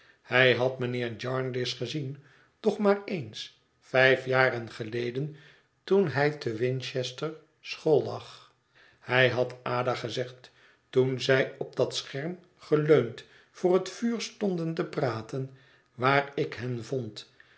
hij had mijnheer jarndyce gezien doch maar eens vijfjaren geleden toen hij te winchester school lag hij had ada gezegd toen zij op dat scherm geleund voor het vuur stonden te praten waar ik hen vond